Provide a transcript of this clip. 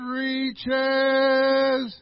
reaches